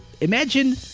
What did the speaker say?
Imagine